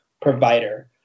provider